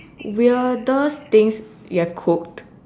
weirdest things you have cooked